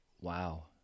Wow